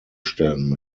stellen